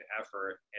effort